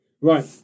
Right